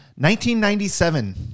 1997